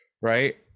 right